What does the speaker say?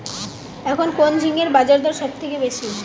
এখন কোন ঝিঙ্গের বাজারদর সবথেকে বেশি?